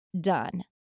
done